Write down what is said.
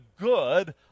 good